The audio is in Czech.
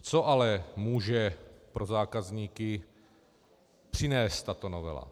Co ale může pro zákazníky přinést tato novela.